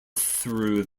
through